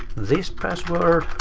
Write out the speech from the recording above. this password.